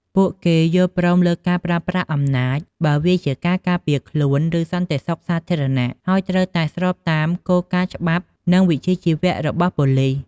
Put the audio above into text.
ពួកគេ យល់ព្រមលើការប្រើប្រាស់អំណាច បើវាជាការការពារខ្លួន ឬសន្តិសុខសាធារណៈ ហើយត្រូវតែស្របតាមគោលការណ៍ច្បាប់ និងវិជ្ជាជីវៈរបស់ប៉ូលីស។